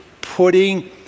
putting